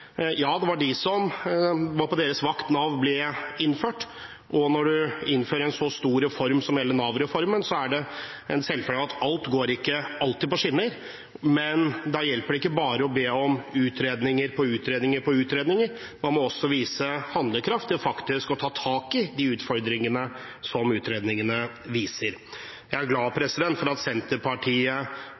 Ja, det var på deres vakt at Nav ble innført, og når man innfører en så stor reform som Nav-reformen, er det en selvfølge at ikke alt alltid går på skinner. Men da hjelper det ikke bare å be om utredninger på utredninger. Man må også vise handlekraft til faktisk å ta tak i de utfordringene som utredningene viser. Jeg er glad for at Senterpartiet